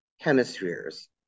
Hemispheres